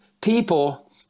people